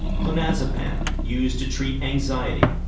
clonazepam, used to treat anxiety.